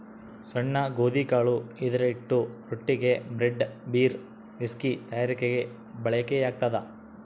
ಸಣ್ಣ ಗೋಧಿಕಾಳು ಇದರಹಿಟ್ಟು ರೊಟ್ಟಿಗೆ, ಬ್ರೆಡ್, ಬೀರ್, ವಿಸ್ಕಿ ತಯಾರಿಕೆಗೆ ಬಳಕೆಯಾಗ್ತದ